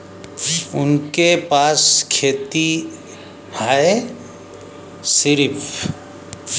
उनके पास खेती हैं सिर्फ